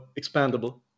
expandable